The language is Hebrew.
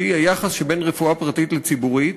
שהיא היחס שבין הרפואה הפרטית לציבורית,